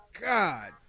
God